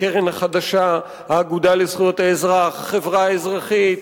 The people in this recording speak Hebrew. הקרן החדשה, האגודה לזכויות האזרח, החברה האזרחית,